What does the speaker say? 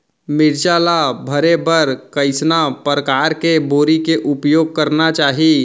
मिरचा ला भरे बर कइसना परकार के बोरी के उपयोग करना चाही?